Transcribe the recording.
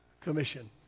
Commission